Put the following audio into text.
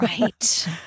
Right